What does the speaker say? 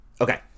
Okay